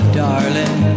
darling